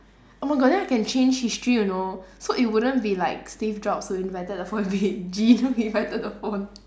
oh my god then we can change history you know so it wouldn't be like steve-jobs who invented the phone it would be jean who invented the phone